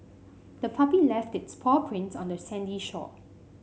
the puppy left its paw prints on the sandy shore